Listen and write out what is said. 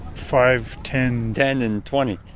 five, ten ten and twenty?